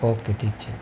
okay ઠીક છે